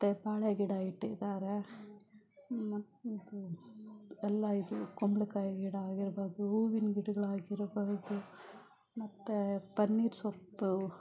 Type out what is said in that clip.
ಮತ್ತು ಬಾಳೆಗಿಡ ಇಟ್ಟಿದ್ದಾರೆ ಮತ್ತು ಅದು ಎಲ್ಲ ಇದೆ ಕುಂಬಳಕಾಯಿ ಗಿಡ ಆಗಿರ್ಬಹ್ದು ಹೂವಿನ ಗಿಡಗಳಾಗಿರ್ಬಹುದು ಮತ್ತು ಪನ್ನೀರು ಸೊಪ್ಪು